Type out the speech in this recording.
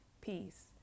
Peace